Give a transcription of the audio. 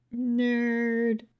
Nerd